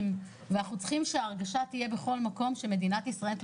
ואנחנו צריכים שההרגשה תהיה בכל מקום במדינת ישראל.